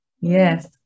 Yes